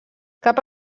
cap